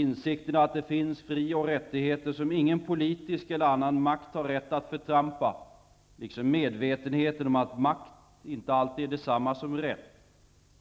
Insikten att det finns fri och rättigheter som ingen politisk eller annan makt har rätt förtrampa, liksom medvetenheten om att makt inte alltid är detsamma som rätt,